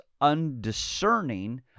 undiscerning